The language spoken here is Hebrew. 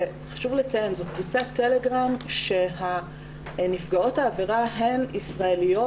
חשוב לציין שזאת קבוצת טלגרם כאשר נפגעות העבירה הן ישראליות,